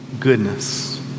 Goodness